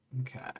Okay